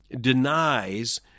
denies